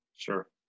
Sure